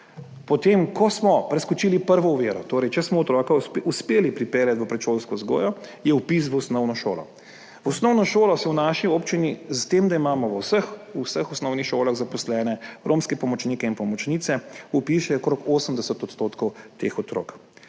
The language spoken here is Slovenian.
Po tem, ko smo preskočili prvo oviro, torej če smo otroka uspeli pripeljati v predšolsko vzgojo, je vpis v osnovno šolo. V osnovno šolo se v naši občini, s tem, da imamo v vseh osnovnih šolah zaposlene romske pomočnike in pomočnice, vpiše okrog 80 % teh otrok.